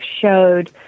showed